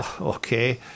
Okay